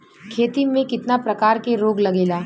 खेती में कितना प्रकार के रोग लगेला?